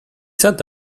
sat